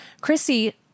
Chrissy